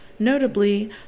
Notably